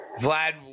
Vlad